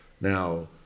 now